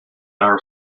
our